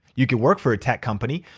you could work for a tech company.